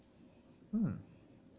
mm